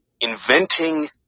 inventing